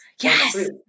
Yes